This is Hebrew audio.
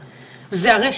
אלא זה הרשת,